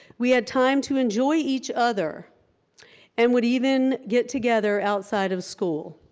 we had time to enjoy each other and would even get together outside of school,